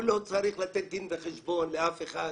הוא לא צריך לתת דין וחשבון לאף אחד,